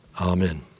Amen